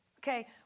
Okay